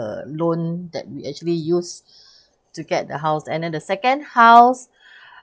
loan that we actually use to get the house and then the second house